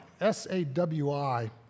S-A-W-I